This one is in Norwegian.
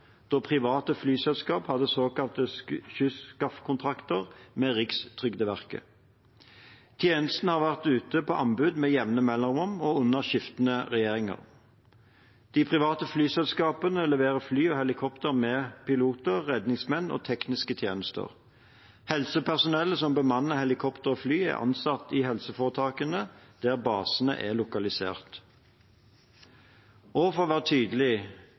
da private flyselskap hadde såkalte skysskafferkontrakter med Rikstrygdeverket. Tjenesten har vært ute på anbud med jevne mellomrom – og under skiftende regjeringer. De private flyselskapene leverer fly og helikopter med piloter, redningsmenn og tekniske tjenester. Helsepersonellet som bemanner helikopter og fly, er ansatt i helseforetaket der basene er lokalisert. Og for å være tydelig: